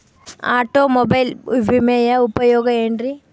Automobile ವಿಮೆಯ ಉಪಯೋಗ ಏನ್ರೀ?